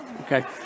Okay